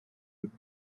would